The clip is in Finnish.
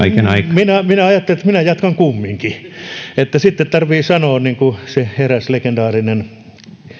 aikaa minä ajattelin että minä jatkan kumminkin niin että sitten tarvitsee sanoa niin kuin se eräs legendaarinen